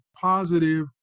positive